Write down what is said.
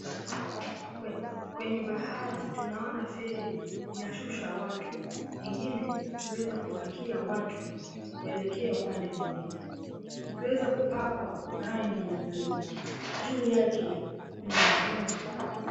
Kwenye bahari tunaona feri inashusha watu, ingine ikiweza kupakia watu kuelekea upande mwingine, ikiweza kupakwa rangi ya buluu. Juu yake kuna vyuma.